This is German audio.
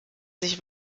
sich